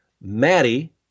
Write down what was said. Maddie